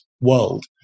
world